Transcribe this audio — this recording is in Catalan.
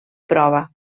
prova